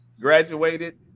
Graduated